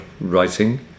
writing